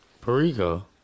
Perico